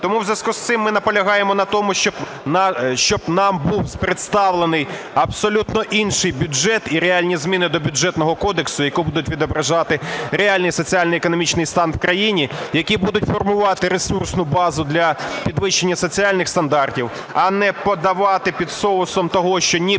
Тому в зв'язку з цим ми наполягаємо на тому, щоб нам був представлений абсолютно інший бюджет і реальні зміни до Бюджетного кодексу, які будуть відображати реальний соціально-економічний стан в країні, які будуть формувати ресурсну базу для підвищення соціальних стандартів. А не подавати під соусом того, що